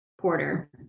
Porter